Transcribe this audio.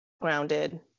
grounded